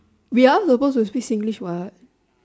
we are supposed to speak English what